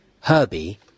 Herbie